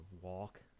walk